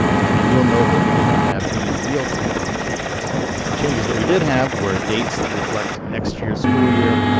and you'll note that we did not have any real significant changes. the changes that we did have were dates that reflect next year's school year,